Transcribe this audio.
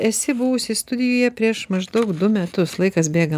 esi buvusi studijoje prieš maždaug du metus laikas bėga